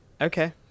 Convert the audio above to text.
Okay